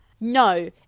No